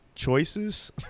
choices